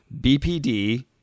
BPD